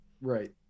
Right